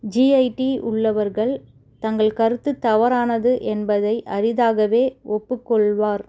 G I T உள்ளவர்கள் தங்கள் கருத்து தவறானது என்பதை அரிதாகவே ஒப்புக்கொள்வார்